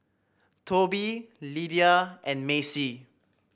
Toby Lidia and Macey